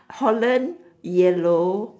holland yellow